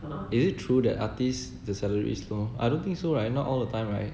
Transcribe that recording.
is it true that artists the salary is low I don't think so right not all the time right